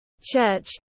Church